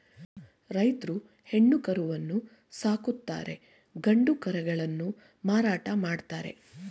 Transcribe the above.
ರೈತ್ರು ಹೆಣ್ಣು ಕರುವನ್ನು ಸಾಕುತ್ತಾರೆ ಗಂಡು ಕರುಗಳನ್ನು ಮಾರಾಟ ಮಾಡ್ತರೆ